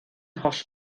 holl